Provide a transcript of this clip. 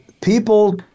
people